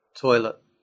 toilet